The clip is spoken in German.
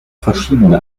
verschiedene